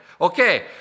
okay